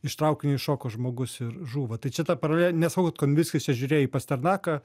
iš traukinio iššoko žmogus ir žūva tai čia ta paralelė nesakau kad kovickis žiūrėjo į pasternaką